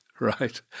Right